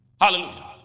Hallelujah